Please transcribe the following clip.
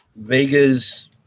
Vega's